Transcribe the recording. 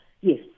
Yes